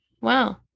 Wow